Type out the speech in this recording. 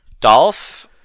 Dolph